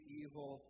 evil